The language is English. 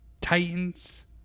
Titans